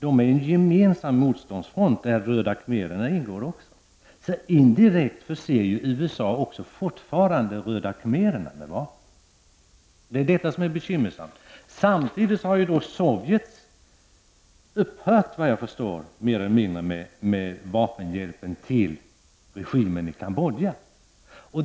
De har en gemensam motståndsfront där också röda khmererna ingår, och indirekt förser därför USA också röda khmererna med vapen. Det är detta som är bekymmersamt. Samtidigt har Sovjet, såvitt jag förstår, mer eller mindre upphört med vapenhjälpen till regimen i Cambodja.